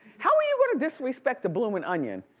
how are you gonna disrespect a blooming onion?